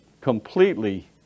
completely